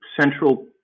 central